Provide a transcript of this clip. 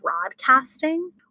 broadcasting